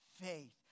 faith